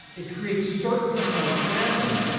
it creates certainty for a family